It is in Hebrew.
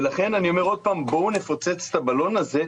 ולכן אני אומר עוד פעם: בואו נפוצץ את הבלון הזה,